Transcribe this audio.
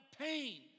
pain